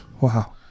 Wow